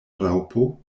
raŭpo